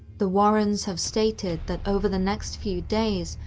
the warrens have stated that over the next few days,